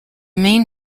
main